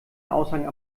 aushang